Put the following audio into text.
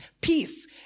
peace